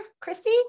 christy